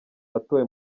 watowe